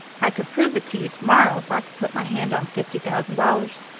i could prove it to you to-morrow if i could put my hand on fifty thousand dollars.